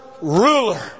ruler